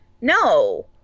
no